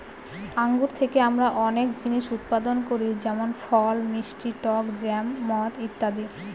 আঙ্গুর থেকে আমরা অনেক জিনিস উৎপাদন করি যেমন ফল, মিষ্টি টক জ্যাম, মদ ইত্যাদি